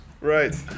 Right